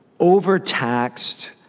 overtaxed